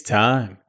time